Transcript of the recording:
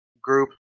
group